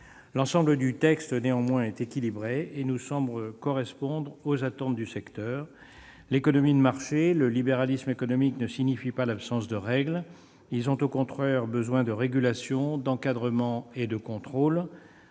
L'ensemble du texte est équilibré et nous semble correspondre aux attentes du secteur. L'économie de marché, le libéralisme économique ne signifient pas l'absence de règles. Ils ont au contraire besoin de régulation, d'encadrement et de contrôle.